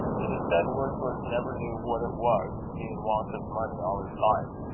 it is said wordsworth never knew what it was to be in want of money all his life.